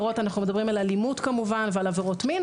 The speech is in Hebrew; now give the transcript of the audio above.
אנחנו מדברים על אלימות כמובן ועל עבירות מין,